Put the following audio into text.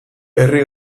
herri